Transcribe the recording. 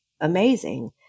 amazing